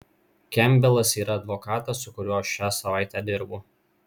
kempbelas yra advokatas su kuriuo aš šią savaitę dirbu